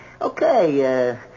Okay